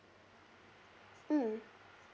mm